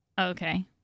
okay